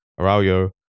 Araujo